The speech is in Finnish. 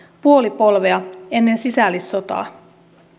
puoli polvea ennen sisällissotaa